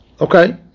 Okay